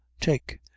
take